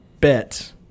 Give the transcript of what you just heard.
bet